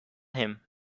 him